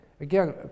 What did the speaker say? Again